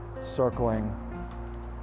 circling